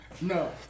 No